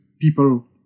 people